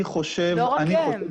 לא רק הם.